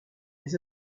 des